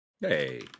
Hey